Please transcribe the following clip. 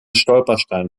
stolperstein